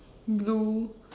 blue